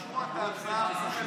לשמוע את ההצעה של קיש.